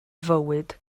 fywyd